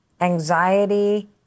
anxiety